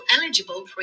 eligible